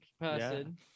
person